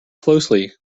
closely